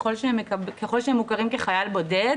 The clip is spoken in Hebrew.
ככל שהם מוכרים כחייל בודד,